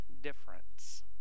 difference